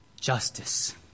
justice